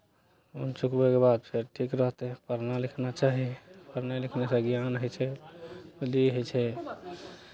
loan चुकबयके बाद फेर ठीक रहतै पढ़ना लिखना चाही पढ़ने लिखनेसँ ज्ञान होइ छै बुद्धि होइ छै